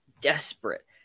desperate